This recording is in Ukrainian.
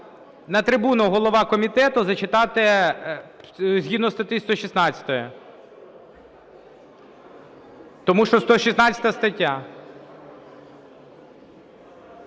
На трибуну голова комітету зачитати згідно статті 116. Тому що 116 стаття.